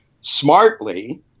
smartly